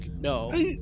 no